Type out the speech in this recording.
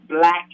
black